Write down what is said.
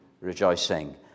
rejoicing